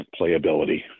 playability